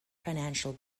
financial